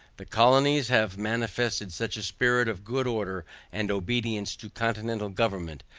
the colonies have manifested such a spirit of good order and obedience to continental government,